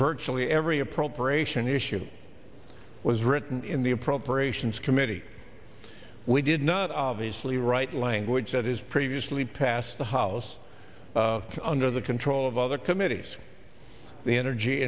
virtually every appropriation issue was written in the appropriations committee we did not obviously write language that is previously passed the house under the control of other committees the energy